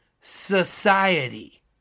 society